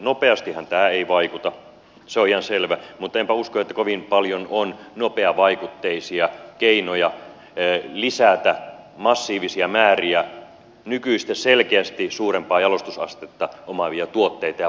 nopeastihan tämä ei vaikuta se on ihan selvä mutta enpä usko että kovin paljon on nopeavaikutteisia keinoja lisätä massiivisia määriä nykyistä selkeästi suurempaa jalostusastetta omaavia tuotteita ja palveluita